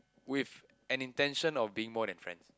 with an intention of being more than friends